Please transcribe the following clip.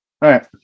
right